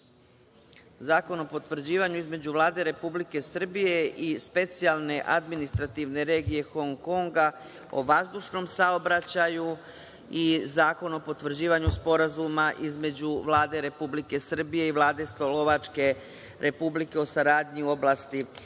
Zakon o potvrđivanju između Vlade Republike Srbije i Specijalne Administrativne Regije Hong Konga o vazdušnom saobraćaju i Zakon o potvrđivanju Sporazuma između Vlade Republike Srbije i Vlade Slovačke Republike o saradnji u oblasti